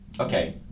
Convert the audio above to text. okay